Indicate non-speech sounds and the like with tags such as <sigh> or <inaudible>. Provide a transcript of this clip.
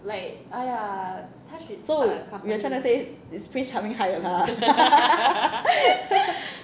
so you're trying to say is prince 害了她 ah <laughs>